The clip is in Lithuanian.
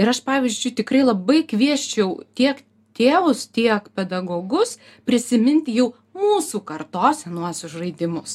ir aš pavyzdžiui tikrai labai kviesčiau tiek tėvus tiek pedagogus prisiminti jau mūsų kartos senuosius žaidimus